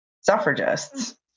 suffragists